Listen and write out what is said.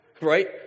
Right